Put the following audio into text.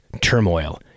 turmoil